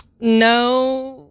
No